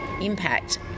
impact